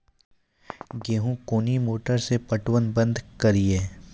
गेहूँ कोनी मोटर से पटवन बंद करिए?